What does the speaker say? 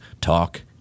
Talk